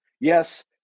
Yes